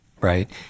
right